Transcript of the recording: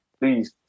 Please